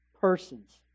persons